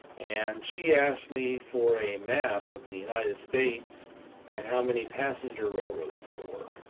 and she asked me for a map of the united states and how many passenger railroads there were